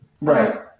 Right